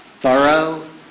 thorough